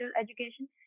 education